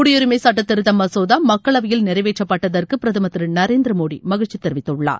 குடியுரிமை சட்ட திருத்த மசோதா மக்களவையில் நிறைவேற்றப்பட்டதற்கு பிரதமர் திரு நரேந்திர மோடி மகிழ்ச்சி தெரிவித்துள்ளார்